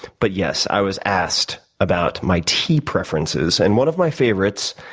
but yes, i was assed about my tea preferences, and one of my favorites,